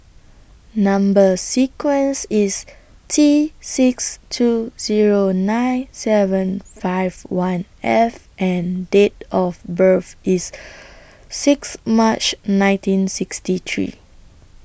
Number sequence IS T six two Zero nine seven five one F and Date of birth IS Sixth March nineteen sixty three